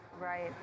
Right